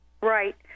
Right